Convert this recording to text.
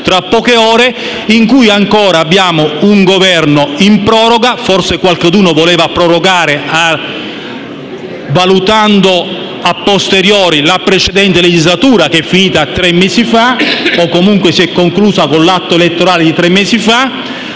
tra poche ore) ancora abbiamo un Governo in proroga; forse qualcuno voleva prorogare valutando *a posteriori* la precedente legislatura, che è finita tre mesi fa o, comunque, si è conclusa con l'atto elettorale di tre mesi fa